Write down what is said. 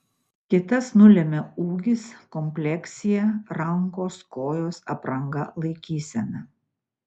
kitas nulemia ūgis kompleksija rankos kojos apranga laikysena